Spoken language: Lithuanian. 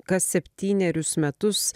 kas septynerius metus